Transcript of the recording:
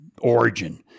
origin